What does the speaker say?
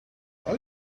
are